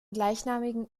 gleichnamigen